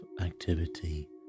activity